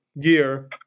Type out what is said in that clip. gear